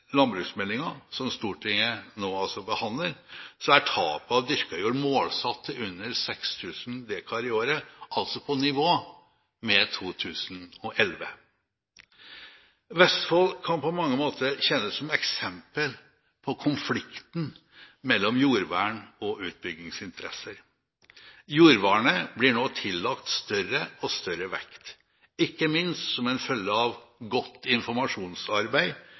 landbruksmeldinga, som Stortinget nå behandler, er tapet av dyrket jord målsatt til under 6 000 dekar i året – altså på nivå med 2011. Vestfold kan på mange måter tjene som eksempel på konflikten mellom jordvern og utbyggingsinteresser. Jordvernet blir nå tillagt større og større vekt, ikke minst som en følge av godt informasjonsarbeid